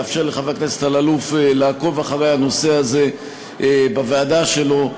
לאפשר לחבר הכנסת אלאלוף לעקוב אחרי הנושא הזה בוועדה שלו.